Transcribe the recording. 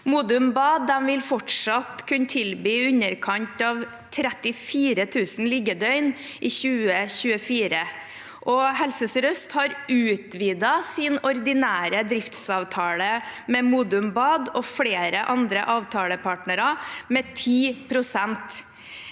Modum bad vil fortsatt kunne tilby i underkant av 34 000 liggedøgn i 2024, og Helse Sør-Øst har utvidet sin ordinære driftsavtale med Modum bad og flere andre avtalepartnere med 10